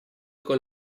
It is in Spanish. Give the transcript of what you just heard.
con